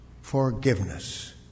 forgiveness